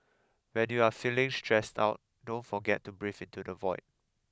when you are feeling stressed out don't forget to breathe into the void